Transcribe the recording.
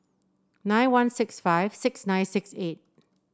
nine one six five six nine six eight